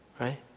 Right